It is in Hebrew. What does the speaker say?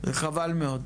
וחבל מאוד.